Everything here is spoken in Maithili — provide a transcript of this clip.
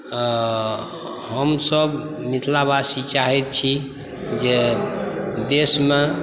हमसभ मिथिलावासी चाहै छी जे देशमे